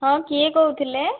ହଁ କିଏ କହୁଥିଲେ